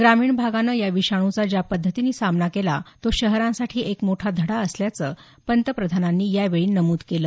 ग्रामीण भागानं या विषाणूचा ज्या पद्धतीनं सामना केला तो शहरांसाठी एक मोठा धडा असल्याचं पंतप्रधानांनी यावेळी नमुद केलं